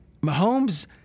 Mahomes